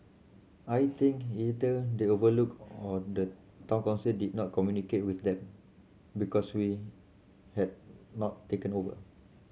I think either they overlooked or the Town Council did not communicate with them because we had not taken over